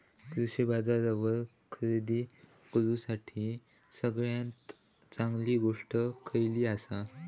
कृषी बाजारावर खरेदी करूसाठी सगळ्यात चांगली गोष्ट खैयली आसा?